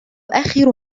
آخر